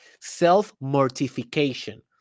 Self-mortification